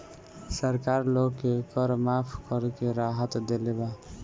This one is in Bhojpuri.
सरकार लोग के कर माफ़ करके राहत देले बा